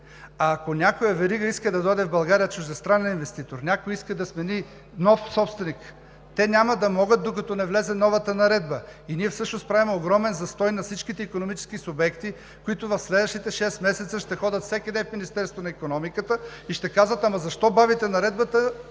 Ако някоя верига иска да дойде в България –чуждестранен инвеститор, някой иска да смени нов собственик, те няма да могат, докато не влезе новата наредба. Ние всъщност правим огромен застой на всички икономически субекти, които в следващите шест месеца ще ходят всеки ден в Министерството на икономиката и ще казват: „Защо бавите наредбата?